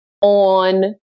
on